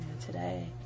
today